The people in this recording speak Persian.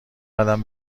قدم